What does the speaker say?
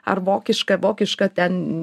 ar vokiška vokiška ten